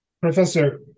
Professor